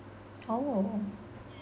oh